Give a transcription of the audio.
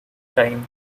time